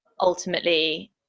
ultimately